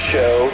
Show